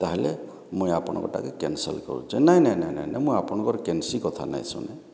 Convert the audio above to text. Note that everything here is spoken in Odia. ତାହାଲେ ମୁଇଁ ଆପଣଙ୍କ ଟାକେ କ୍ୟାନ୍ସେଲ୍ କରୁଛି ନାଇଁ ନାଇଁ ନାଇଁ ନାଇଁ ମୁଇଁ ଆପଣଙ୍କର କେନ୍ସି କଥା ନାଇଁ ଶୁନେ